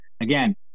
again